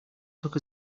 took